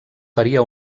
faria